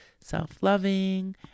self-loving